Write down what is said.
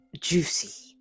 juicy